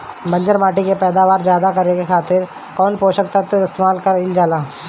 बंजर माटी के पैदावार ज्यादा करे खातिर कौन पोषक तत्व के इस्तेमाल कईल जाला?